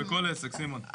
בכל עסק, סימון.